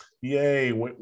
Yay